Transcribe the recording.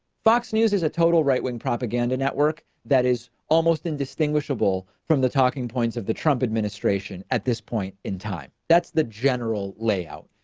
fox news is a total right wing propaganda network that is almost indistinguishable from the talking points of the trump administration at this point in time. that's the general layout,